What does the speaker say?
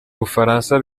bufaransa